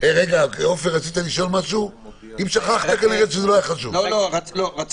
והאם באופן ברור וחד-משמעי הוא לא יפגע